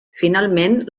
finalment